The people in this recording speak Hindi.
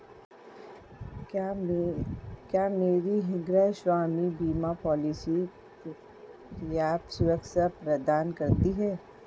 क्या मेरी गृहस्वामी बीमा पॉलिसी पर्याप्त सुरक्षा प्रदान करती है?